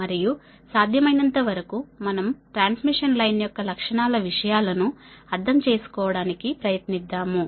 మరియు సాధ్యమైనంతవరకు మనం ట్రాన్స్మిషన్ లైన్ యొక్క లక్షణాల విషయాలను అర్థం చేసుకోవడానికి ప్రయత్నిద్దాము